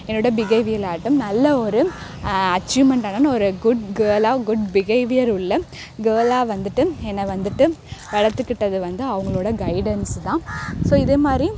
என்னோடய பிகேவியலாட்டும் நல்ல ஒரு அச்சீவ்மெண்ட்டானான ஒரு குட் கேர்ளாக குட் பிகேவியர் உள்ள கேர்ளாக வந்துட்டு என்னை வந்துட்டு வளர்த்துக்கிட்டது வந்து அவங்களோடய கைய்டன்ஸ் தான் ஸோ இதே மாதிரி